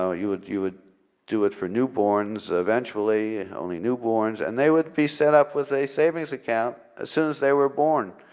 so you would you would do it for newborns eventually only newborns, and they would be set up with a savings account, as soon as they were born.